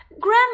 Grandma